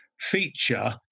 feature